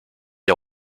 est